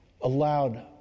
allowed